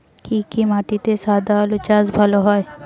কি কি মাটিতে সাদা আলু চাষ ভালো হয়?